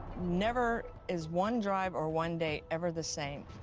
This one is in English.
never is one drive or one day ever the same.